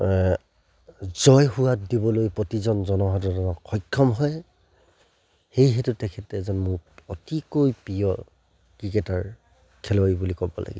জয় সোৱাদ দিবলৈ প্ৰতিজন জনসাধাৰণক সক্ষম হয় সেইহেতু তেখেতে এজন মোৰ অতিকৈ প্ৰিয় ক্ৰিকেটাৰ খেলুৱৈ বুলি ক'ব লাগিব